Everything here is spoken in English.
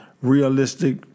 realistic